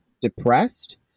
depressed